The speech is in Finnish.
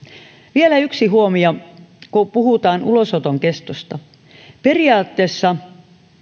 vielä yksi huomio kun puhutaan ulosoton kestosta periaatteessa